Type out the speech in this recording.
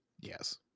Yes